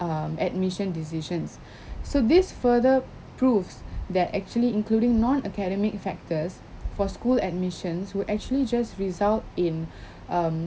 um admission decisions so this further proves that actually including non academic factors for school admissions will actually just result in um